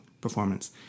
performance